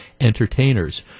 entertainers